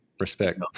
respect